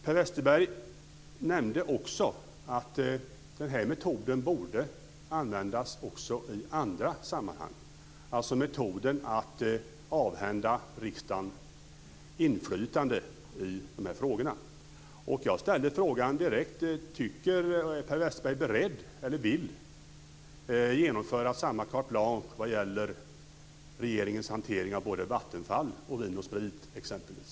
Per Westerberg nämnde också att den här metoden borde användas också i andra sammanhang, alltså metoden att avhända riksdagen inflytande i de här frågorna. Jag ställer frågan direkt: Vill Per Westerberg genomföra samma carte blanche vad gäller regeringens hantering av både Vattenfall och Vin & Sprit exempelvis?